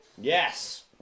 Yes